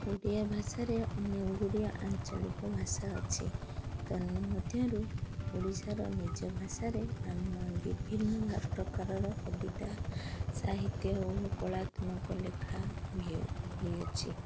ଓଡ଼ିଆ ଭାଷାରେ ଅନେକ ଗୁଡ଼ିଏ ଆଞ୍ଚଳିକ ଭାଷା ଅଛି ତନ୍ନମଧ୍ୟରୁ ଓଡ଼ିଶାର ନିଜ ଭାଷାରେ ଆମ ବିଭିନ୍ନ ପ୍ରକାରର କବିତା ସାହିତ୍ୟ କଳାତ୍ମକ ଲେଖା ହୁଏ ହୋଇ ହୋଇଅଛି